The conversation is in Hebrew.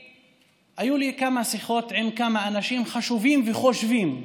היו לי כמה שיחות עם כמה אנשים חשובים וחושבים.